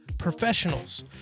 Professionals